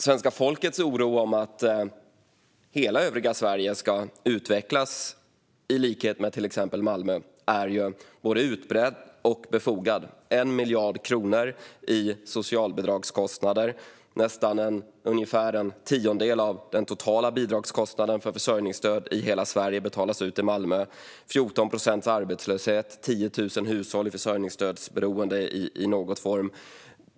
Svenska folkets oro för att hela Sverige ska utvecklas på samma sätt som till exempel Malmö är både utbredd och befogad. Malmö har 1 miljard kronor i socialbidragskostnader. Ungefär en tiondel av den totala kostnaden för försörjningsstöd i hela Sverige betalas ut i Malmö. Man har 14 procents arbetslöshet, och 10 000 hushåll är beroende av försörjningsstöd i någon form.